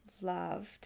loved